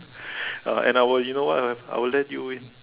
uh and I will you know what I will let you win